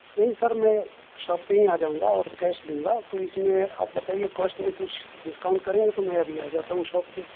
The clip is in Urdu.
نہیں سر میں شاپ پہ ہی آ جاؤں گا اور کیش لوں گا تو اس میں آپ بتائیے کاسٹ میں کچھ ڈسکاؤنٹ کریں گے تو میں ابھی آ جاتا ہوں شاپ پہ